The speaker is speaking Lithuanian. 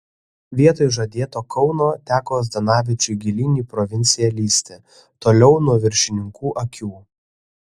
vietoj žadėto kauno teko zdanavičiui gilyn į provinciją lįsti toliau nuo viršininkų akių